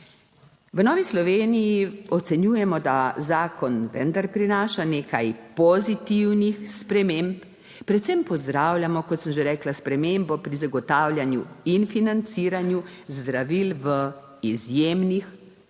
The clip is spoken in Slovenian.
V Novi Sloveniji ocenjujemo, da zakon vendar prinaša nekaj pozitivnih sprememb, Predvsem pozdravljamo, kot sem že rekla, spremembo pri zagotavljanju in financiranju zdravil v izjemnih